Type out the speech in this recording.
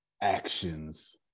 actions